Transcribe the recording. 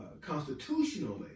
constitutionally